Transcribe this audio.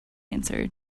answered